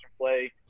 play